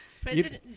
President